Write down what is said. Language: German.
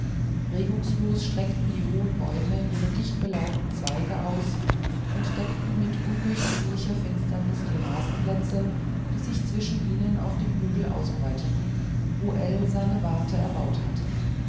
regungslos streckten die hohen bäume ihre dichtbelaubten zweige aus und deckten mit undurchdringlicher finsternis die rasenplätze die sich zwischen ihnen auf dem hügel hinbreiteten wo ell seine warte erbaut hatte